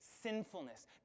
sinfulness